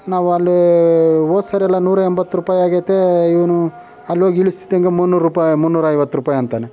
ನಾವಲ್ಲಿ ಹೋದ್ಸರಿಯೆಲ್ಲ ನೂರ ಎಂಬತ್ತು ರೂಪಾಯಿ ಆಗೈತೆ ಇವನು ಅಲ್ಲೋಗಿ ಇಳಿಸ್ತಿದಂಗೆ ಮುನ್ನೂರು ರೂಪಾಯಿ ಮುನ್ನೂರೈವತ್ತು ರೂಪಾಯಿ ಅಂತಾನೆ